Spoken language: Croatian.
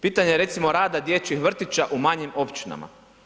Pitanje recimo rada dječjih vrtića u manjim općinama.